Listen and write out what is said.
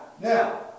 Now